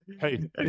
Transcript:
Hey